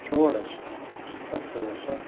षोडश सप्तदश